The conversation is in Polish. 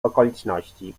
okoliczności